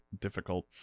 difficult